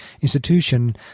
Institution